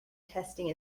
testing